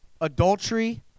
adultery